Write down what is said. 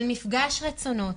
של מפגש רצונות.